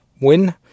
win